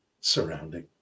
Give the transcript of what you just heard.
surrounding